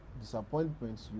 disappointments